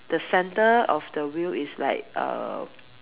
the center of the wheel is like err